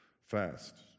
Fast